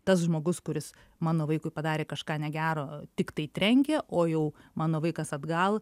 tas žmogus kuris mano vaikui padarė kažką negero tiktai trenkė o jau mano vaikas atgal